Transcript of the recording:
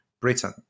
Britain